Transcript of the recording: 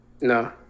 no